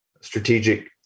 strategic